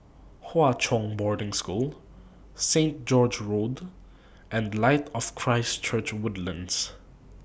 Hwa Chong Boarding School Saint George's Road and Light of Christ Church Woodlands